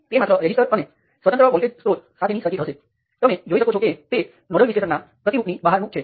તો એકને બદલે બીજાંનો ઉપયોગ ક્યારે કરવો તે મુખ્ય પ્રશ્ન છે